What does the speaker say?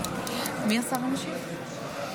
מי השר המשיב?